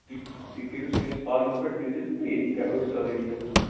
تہٕ تُہۍ کٔرِو سٲنِس فارمَس پٮ۪ٹھ وِزِٹ تہٕ ییٚتی کَرو أسۍ سٲرٕے ڈیٖل حظ